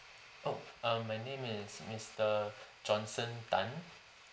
oh um my name is mister johnson tan